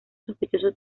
sospechoso